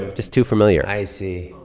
just too familiar i see.